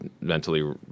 mentally